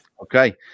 okay